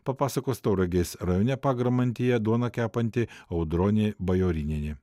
papasakos tauragės rajone pagramantyje duoną kepanti audronė bajorinienė